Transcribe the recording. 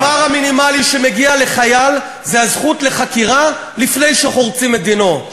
הדבר המינימלי שמגיע לחייל זה הזכות לחקירה לפני שחורצים את דינו.